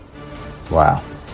wow